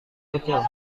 kecil